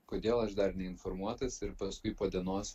kodėl aš dar neinformuotas ir paskui po dienos